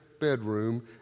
bedroom